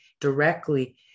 directly